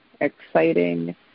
exciting